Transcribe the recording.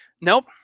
Nope